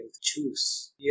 Choose